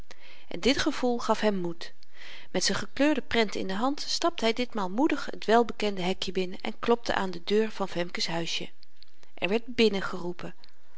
en dit gevoel gaf hem moed met z'n gekleurde prent in de hand stapte hy ditmaal moedig t welbekende hekje binnen en klopte aan de deur van femke's huisje er werd binnen geroepen